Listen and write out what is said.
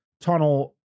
tunnel